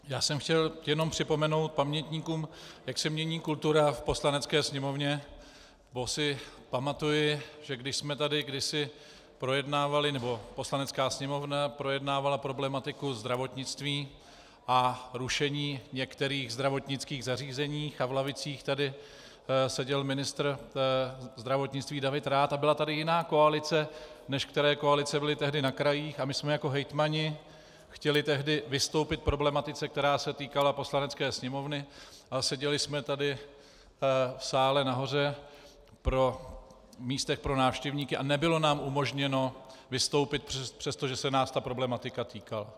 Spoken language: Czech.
Jenom jsem chtěl připomenout pamětníkům, jak se mění kultura v Poslanecké sněmovně, neboť si pamatuji, že když jsme tady kdysi projednávali, nebo Poslanecká sněmovna projednávala problematiku zdravotnictví a rušení některých zdravotnických zařízení a v lavicích tady seděl ministr zdravotnictví David Rath a byla tady jiná koalice, než které koalice byly tehdy na krajích, a my jsme jako hejtmani chtěli tehdy vystoupit k problematice, která se týkala Poslanecké sněmovny, a seděli jsme tady v sále nahoře v místech pro návštěvníky a nebylo nám umožněno vystoupit, přestože se nás ta problematika týkala.